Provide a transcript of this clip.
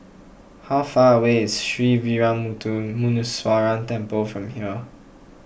how far away is Sree Veeramuthu Muneeswaran Temple from here